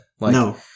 No